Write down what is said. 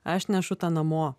aš nešu tą namo